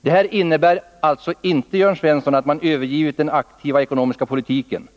Detta innebär inte, Jörn Svensson, att regeringen har övergivit den aktiva ekonomiska politiken.